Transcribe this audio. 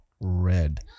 red